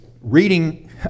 reading